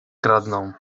kradną